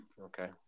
Okay